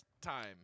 time